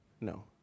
No